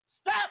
Stop